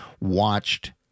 watched